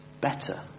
better